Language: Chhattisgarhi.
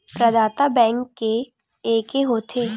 प्रदाता बैंक के एके होथे?